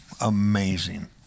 amazing